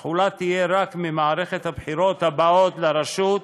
התחולה תהיה רק ממערכת הבחירות הבאות לרשות,